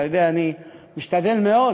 אתה יודע, אני משתדל מאוד